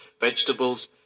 vegetables